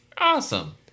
Awesome